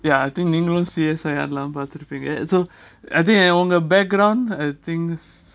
ya I think நீங்களும்:neengalum C_S_I அதுலாம் பார்த்துருப்பீங்க:adhulam parthurupenga so I think I on the background and things